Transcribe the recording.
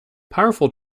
powerful